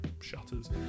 shutters